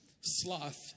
sloth